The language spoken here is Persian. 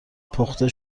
پخته